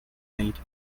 late